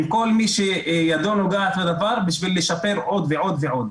עם כל מי שידו נוגעת בדבר כדי לשפר עוד ועוד ועוד.